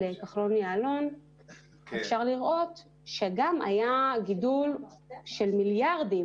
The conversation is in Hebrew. כחלון-יעלון אפשר לראות שגם היה גידול של מיליארדים.